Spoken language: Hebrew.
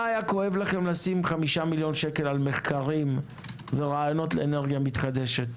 מה היה כואב לכם לשים 5 מיליון שקל על מחקרים ורעיונות לאנרגיה מתחדשת